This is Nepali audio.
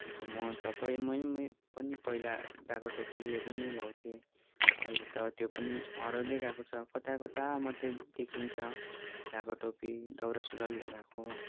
अन्त म तपाईँ मैले पनि पहिला ढाकाटोपीहरू नै लाउँथेँ अहिले त त्यो पनि हराउँदै गएको छ कता कता मात्रै देखिन्छ ढाकाटोपी दौरा सुरुवाल लगाएको